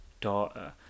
daughter